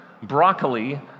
broccoli